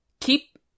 keep